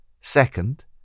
Second